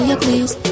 please